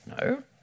no